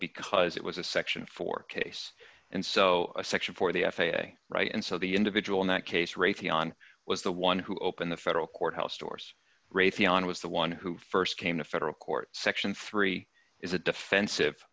because it was a section for case and so a section for the f a a right and so the individual in that case raytheon was the one who opened the federal courthouse doors raytheon was the one who st came to federal court section three is a defensive